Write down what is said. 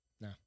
No